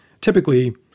Typically